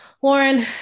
Warren